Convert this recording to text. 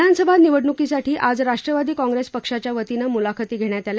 विधानसभा निवडणूकीसाठी आज राष्ट्रवादी काँग्रेस पक्षाच्या वतीने मुलाखती घेण्यात आल्या